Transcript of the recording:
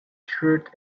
shirt